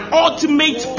ultimate